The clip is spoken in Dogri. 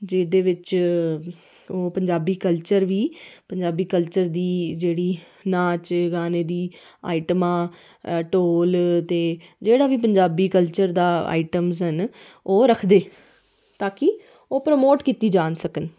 जेह्दे बिच ओह् अपना पंजाबी कल्चर बी पंजाबी कल्चर दी नाच गाने दी आईटमां ढोल जेह्डा बी पंजाबी कल्चर दी आईटमां न ओह् रखदे ताकि ओह् प्रमोट कीती जाई सकन